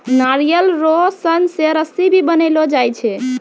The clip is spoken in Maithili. नारियल रो सन से रस्सी भी बनैलो जाय छै